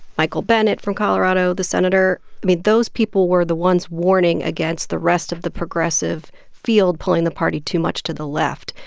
michael bennet from colorado, the senator i mean, those people were the ones warning against the rest of the progressive field pulling the party too much to the left.